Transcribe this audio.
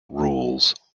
rules